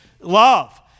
love